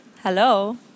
Hello